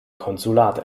konsulat